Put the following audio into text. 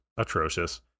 atrocious